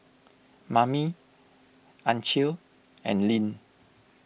Mamie Ancil and Linn